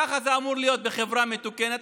ככה זה אמור להיות בחברה מתוקנת,